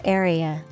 area